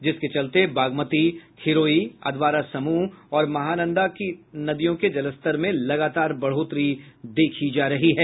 जिसके चलते बागमती खिरोई अधवारा समूह और महानंदा नदियों के जलस्तर में लगातार बढ़ोतरी देखी जा रही है